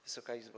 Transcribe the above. Wysoka Izbo!